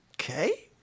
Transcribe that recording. Okay